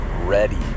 Ready